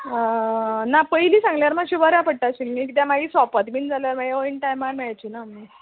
ना पयलीं सांगल्यार मातशें बऱ्या पडटा आशिल्लें नी कित्याक मागीर सोंपत बीन जाल्यार मागीर एन्ड टायमार मेळची ना नी